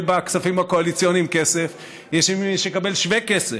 בכספים הקואליציוניים כסף ויש מי שמקבל שווה כסף,